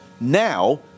Now